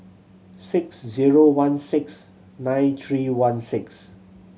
six zero one six nine three one six